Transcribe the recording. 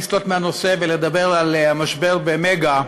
לסטות מהנושא ולדבר על המשבר ב"מגה",